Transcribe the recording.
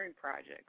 projects